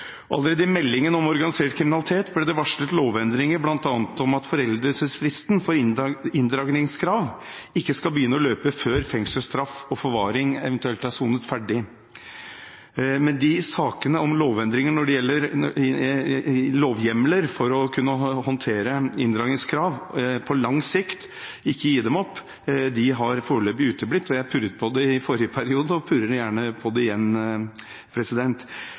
Allerede i meldingen om organisert kriminalitet ble det varslet lovendringer, bl.a. om at foreldelsesfristen for inndragningskrav ikke skal begynne å løpe før fengselsstraff og forvaring eventuelt er sonet ferdig. Men sakene om lovendringer når det gjelder lovhjemler for å kunne håndtere inndragningskrav på lang sikt og ikke gi dem opp, har foreløpig uteblitt. Jeg purret på det i forrige periode og purrer gjerne på det igjen.